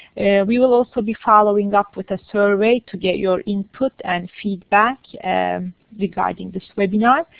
we will also be following up with a survey to get your input and feedback and regarding this webinar.